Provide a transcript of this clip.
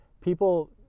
People